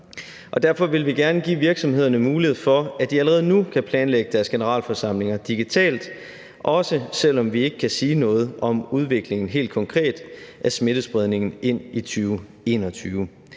Derfor vil vi gerne give virksomhederne mulighed for, at de allerede nu kan planlægge deres generalforsamlinger digitalt, også selv om vi ikke kan sige noget helt konkret om udviklingen af smittespredningen i 2021.